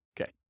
Okay